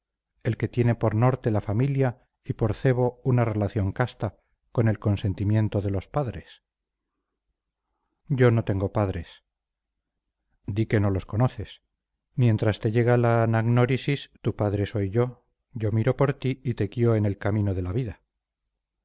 el que tiene por norte la familia y por cebo una relación casta con el consentimiento de los padres yo no tengo padres di que no los conoces mientras te llega la anagnórisis tu padre soy yo yo miro por ti y te guío en el camino de la vida